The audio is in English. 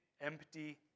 empty